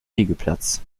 liegeplatz